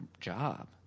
job